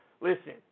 Listen